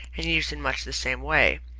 and used in much the same way.